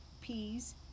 peas